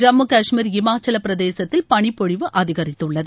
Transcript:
ஜம்மு காஷ்மீர் இமாச்சவப்பிரதேசத்தில் பனிப்பொழிவு அதிகரித்துள்ளது